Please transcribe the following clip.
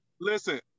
Listen